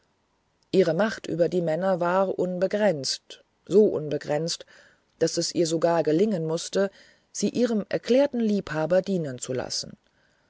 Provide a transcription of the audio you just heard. ihre macht über die männer war unbegrenzt so unbegrenzt daß es ihr sogar gelingen mußte sie ihrem erklärten liebhaber dienen zu lassen